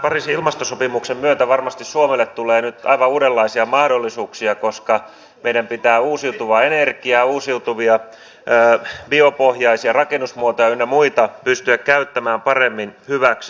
pariisin ilmastosopimuksen myötä varmasti suomelle tulee nyt aivan uudenlaisia mahdollisuuksia koska meidän pitää uusiutuvaa energiaa uusiutuvia biopohjaisia rakennusmuotoja ynnä muita pystyä käyttämään paremmin hyväksi